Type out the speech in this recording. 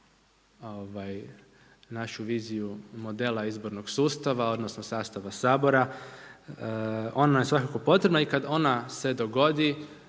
našu viziju modela izbornog sustava, odnosno sastava Sabora. Ona je svakako potrebna i kad ona se dogodi